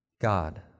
God